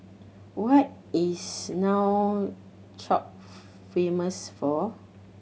what is Nouakchott famous for